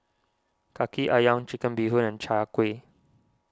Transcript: Kaki Ayam Chicken Bee Hoon and Chai Kueh